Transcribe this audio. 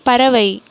பறவை